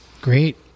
Great